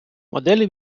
моделі